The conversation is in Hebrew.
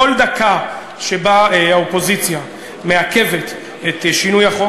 בכל דקה שהאופוזיציה מעכבת את שינוי החוק,